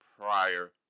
prior